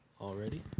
already